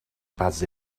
pas